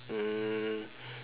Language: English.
mm